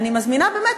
אני מזמינה באמת,